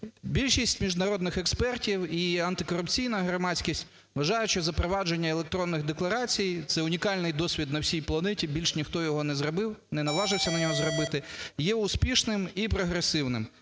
Більшість міжнародних експертів і антикорупційна громадськість вважають, що запровадження електронних декларацій – це унікальний досвід на всій планеті, більше ніхто його не зробив, не наважився його зробити, є успішним і прогресивним.